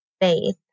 faith